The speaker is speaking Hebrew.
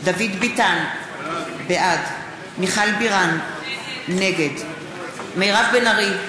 דוד ביטן, בעד מיכל בירן, נגד מירב בן ארי,